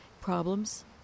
problems